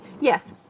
Yes